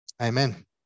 Amen